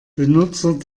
benutzer